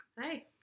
Hey